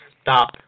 stop